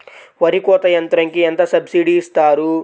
వరి కోత యంత్రంకి ఎంత సబ్సిడీ ఇస్తారు?